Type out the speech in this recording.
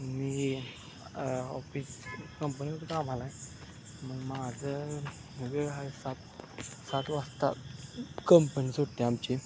मी office कंपनीवर आवालाय मग माझं म्हणजे सात सात वाजता कंपनी सुट्टी आमची